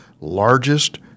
largest